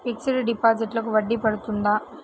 Fixed డిపాజిట్లకు వడ్డీ పడుతుందా?